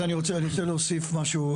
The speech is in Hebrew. אוהד, אני רוצה רגע להוסיף משהו.